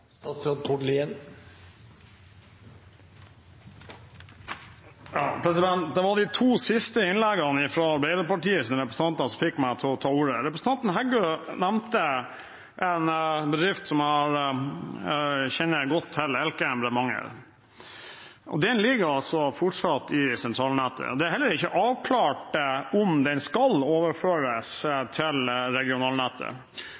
Det var de to siste innleggene fra Arbeiderpartiets representanter som fikk meg til å ta ordet. Representanten Heggø nevnte en bedrift som jeg kjenner godt til, Elkem Bremanger. Den ligger fortsatt i sentralnettet. Det er ikke avklart om den skal overføres til regionalnettet.